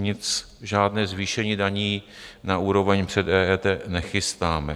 Nic, žádné zvýšení daní na úroveň před EET nechystáme.